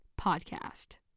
Podcast